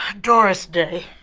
doris day.